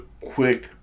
quick